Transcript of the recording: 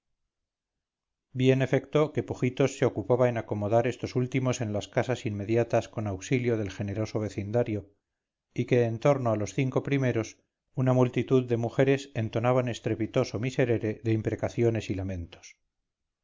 en efecto que pujitos se ocupaba en acomodar estos últimos en las casas inmediatas con auxilio del generoso vecindario y que en torno a los cinco primeros una multitud de mujeres entonaban estrepitoso miserere de imprecaciones y lamentos